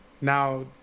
now